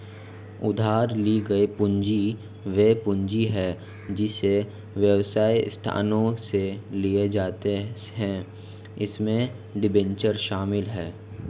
उधार ली गई पूंजी वह पूंजी है जिसे व्यवसाय संस्थानों से लिया जाता है इसमें डिबेंचर शामिल हैं